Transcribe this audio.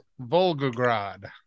Volgograd